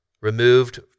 removed